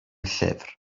llyfr